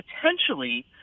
potentially